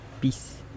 Peace